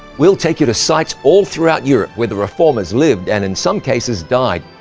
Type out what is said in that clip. we'll take you to sites all throughout europe where the reformers lived and, in some cases, died.